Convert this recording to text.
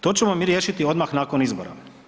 To ćemo mi riješiti odmah nakon izbora.